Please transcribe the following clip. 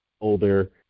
older